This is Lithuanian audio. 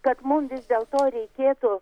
kad mum vis dėlto reikėtų